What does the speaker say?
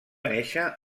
néixer